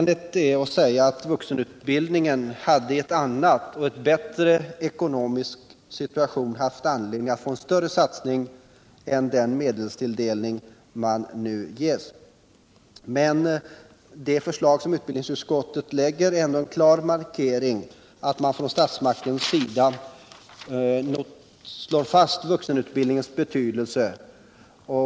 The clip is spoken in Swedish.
Det hade i en annan och bättre ekonomisk situation funnits anledning att göra en större satsning på vuxenutbildningen än man nu gör, men det förslag som utbildningsutskottet framlägger är ändå en klar markering från statsmakternas sida av vuxenutbildningens betydelse.